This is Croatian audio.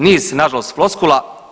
Niz nažalost floskula.